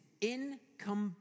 incomparable